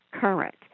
current